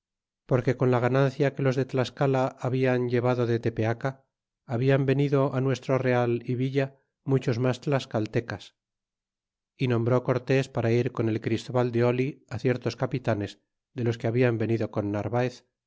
porque con la ganancia que los de tlascala habian re vado de tepeaca hablan venido nuestro real é villa muchos mas tlascaltecas y nombró cortés para ir con el christobal de oil ciertos capitanes de los que hablan venido con narvaez